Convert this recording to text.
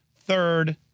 third